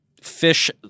fish